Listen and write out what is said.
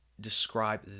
describe